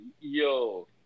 yo